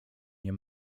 nie